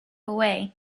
away